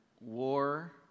war